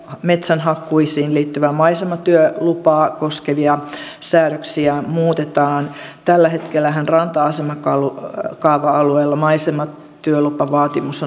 metsänhakkuisiin liittyvää maisematyölupaa koskevia säädöksiä muutetaan tällähän hetkellä ranta asemakaava alueilla maisematyölupavaatimus